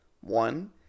One